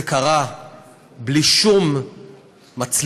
זה קרה בלי שום מצלמות,